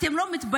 אתם לא מתביישים?